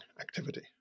activity